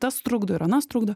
tas trukdo ir anas trukdo